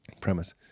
premise